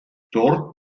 dort